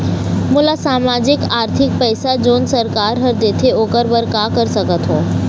मोला सामाजिक आरथिक पैसा जोन सरकार हर देथे ओकर बर का कर सकत हो?